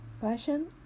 fashion